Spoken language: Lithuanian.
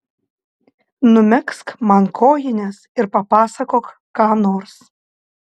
numegzk man kojines ir papasakok ką nors